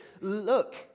Look